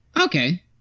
okay